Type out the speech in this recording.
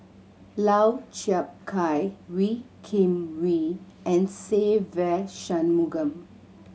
Lau Chiap Khai Wee Kim Wee and Se Ve Shanmugam